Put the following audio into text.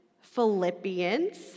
Philippians